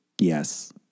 Yes